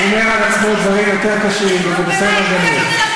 הוא אומר על עצמו דברים יותר קשים וזה בסדר גמור.